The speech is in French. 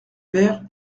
vers